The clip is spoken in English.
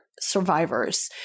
survivors